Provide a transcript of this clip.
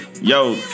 yo